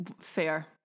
Fair